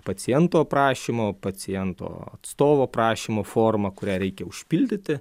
paciento prašymo paciento atstovo prašymo forma kurią reikia užpildyti